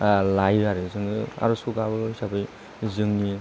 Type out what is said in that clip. लायो आरो जोङो आर'जखौ गाबो हिसाबै जोंनि